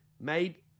made